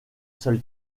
seule